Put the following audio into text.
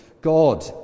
God